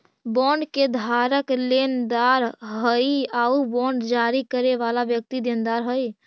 bond के धारक लेनदार हइ आउ बांड जारी करे वाला व्यक्ति देनदार हइ